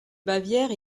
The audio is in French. bavière